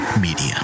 Media